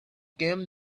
came